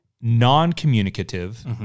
non-communicative